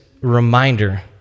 reminder